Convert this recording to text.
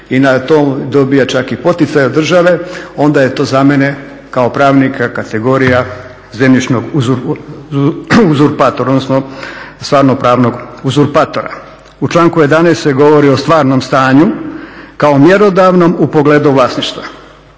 i na to dobiva čak i poticaj od države, onda je to za mene kao pravnika kategorija zemljišnog uzurpatora, odnosno stvarno pravnog uzurpatora. U članku 11. se govori o stvarnom stanju kao mjerodavnom u pogledu vlasništva.